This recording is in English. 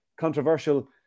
controversial